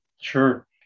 Sure